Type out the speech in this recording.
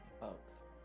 folks